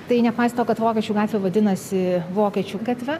tai nepaisant to kad vokiečių gatvė vadinasi vokiečių gatve